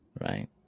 right